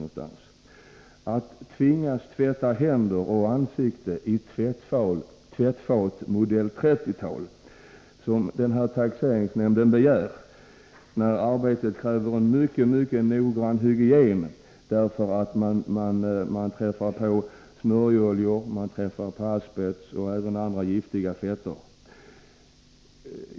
Man tvingas alltså tvätta händer och ansikte i tvättfat modell 30-tal - som taxeringsnämnden i fråga begär — när arbetet i stället kräver en synnerligen noggrann hygien som en följd av kontakt med asbest, smörjoljor och andra giftiga fetter.